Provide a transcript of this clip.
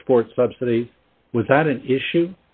export subsidies without an issue